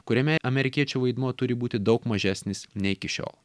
kuriame amerikiečių vaidmuo turi būti daug mažesnis nei iki šiol